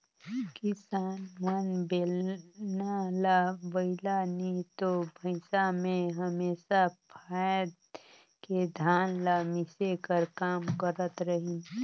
किसान मन बेलना ल बइला नी तो भइसा मे हमेसा फाएद के धान ल मिसे कर काम करत रहिन